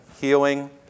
Healing